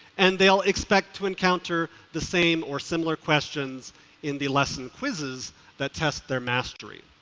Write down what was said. and they'll expect to encounter the same or similar questions in the lesson quizzes that test their mastery.